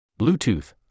Bluetooth